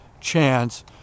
chance